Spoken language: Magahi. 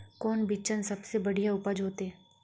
कौन बिचन सबसे बढ़िया उपज होते?